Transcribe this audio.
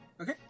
Okay